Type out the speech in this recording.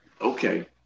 Okay